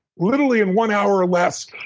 literally, in one hour or less.